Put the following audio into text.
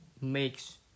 makes